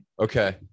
Okay